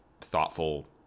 thoughtful